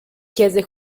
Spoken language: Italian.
chiese